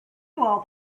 all